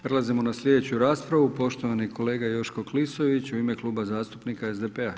Prelazimo na sljedeću raspravu, poštovani kolega Joško Klisović u ime Kluba zastupnika SDP-a.